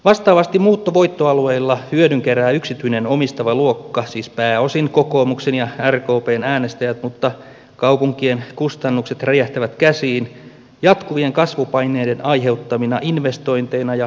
vastaavasti muuttovoittoalueilla hyödyn kerää yksityinen omistava luokka siis pääosin kokoomuksen ja rkpn äänestäjät mutta kaupunkien kustannukset räjähtävät käsiin jatkuvien kasvupaineiden aiheuttamina investointeina ja velkaantumisena